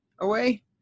away